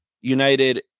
United